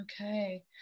Okay